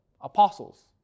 Apostles